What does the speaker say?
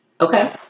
Okay